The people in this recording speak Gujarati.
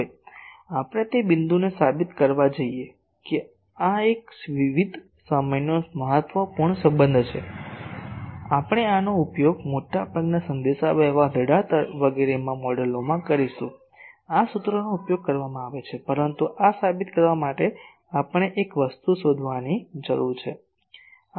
હવે આપણે તે બિંદુને સાબિત કરવા જઇએ કે આ એક વિવિધ સમયનો મહત્વપૂર્ણ સંબંધ છે આપણે આનો ઉપયોગ મોટાભાગના સંદેશાવ્યવહાર રડાર વગેરેના મોડેલોમાં કરીશું આ સૂત્રનો ઉપયોગ કરવામાં આવે છે પરંતુ આ સાબિત કરવા માટે આપણે એક વસ્તુ શોધવાની જરૂર છે